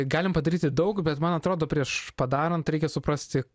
galim padaryti daug bet man atrodo prieš padarant reikia suprasti